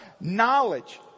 knowledge